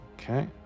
Okay